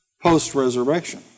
post-resurrection